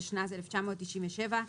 התשנ"ז 1997,